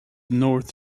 north